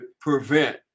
prevent